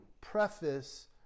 preface